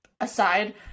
aside